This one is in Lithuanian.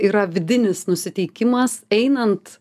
yra vidinis nusiteikimas einant